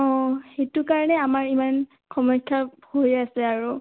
অঁ সেইটো কাৰণে আমাৰ ইমান সমস্যা হৈ আছে আৰু